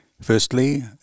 Firstly